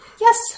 yes